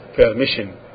permission